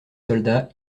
soldats